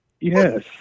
Yes